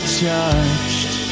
touched